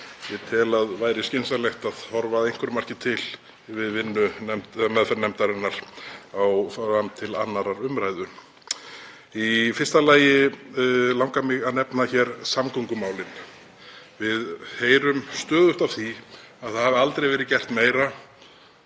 ég tel að væri skynsamlegt að horfa að einhverju marki til við meðferð nefndarinnar fram til síðari umræðu. Í fyrsta lagi langar mig að nefna samgöngumálin. Við heyrum stöðugt af því að aldrei hafi verið gert meira,